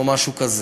או משהו כזה,